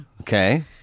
Okay